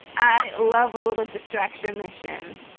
i love a little distraction mission